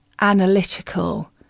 analytical